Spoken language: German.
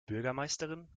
bürgermeisterin